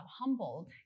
humbled